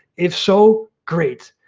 if so, great.